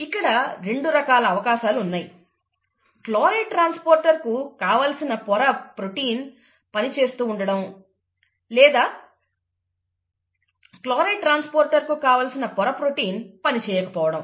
ఇక్కడ రెండు రకాల అవకాశాలు ఉన్నాయి క్లోరైడ్ ట్రాన్స్పోర్టర్ కు కావలసిన పోర ప్రోటీన్ పని చేస్తూ ఉండడం లేక క్లోరైడ్ ట్రాన్స్పోర్టర్ కు కావలసిన పోర ప్రోటీన్ పని చేయకపోవడం